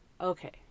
okay